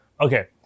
Okay